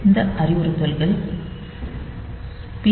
இந்த அறிவுறுத்தல்கள் பி